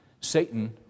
Satan